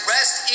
Rest